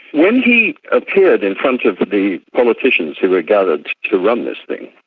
when he appeared in front of the politicians who were gathered to run this thing,